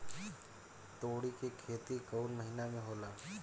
तोड़ी के खेती कउन महीना में होला?